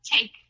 take